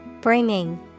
Bringing